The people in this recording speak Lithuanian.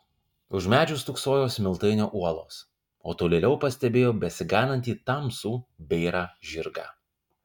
už medžių stūksojo smiltainio uolos o tolėliau pastebėjo besiganantį tamsų bėrą žirgą